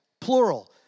plural